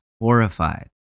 horrified